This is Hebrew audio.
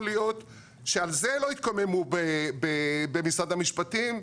להיות שעל זה לא התקוממו במשרד המשפטים,